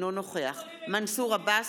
אינו נוכח מנסור עבאס,